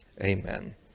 amen